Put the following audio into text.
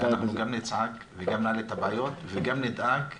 אלא אנחנו גם נצעק וגם נעלה את הבעיות וגם נדאג שזה יתוקן.